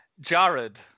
Jared